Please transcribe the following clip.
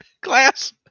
class